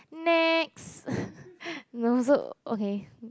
next no so okay